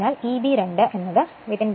അതിനാൽ ra എന്നത് 0